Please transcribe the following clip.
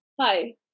Hi